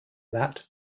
that